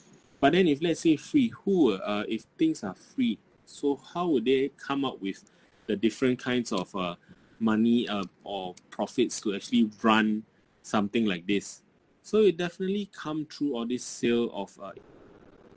but then if let's say free who will uh if things are free so how would they come up with the different kinds of uh money uh or profits to actually run something like this so it definitely come through all this sale of uh